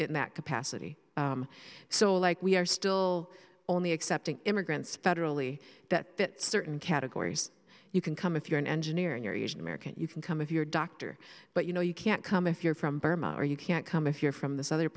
in that capacity so like we are still only accepting immigrants federally that that certain categories you can come if you're an engineer and you're usually american you can come of your doctor but you know you can't come if you're from burma or you can't come if you're from this other